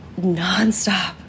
nonstop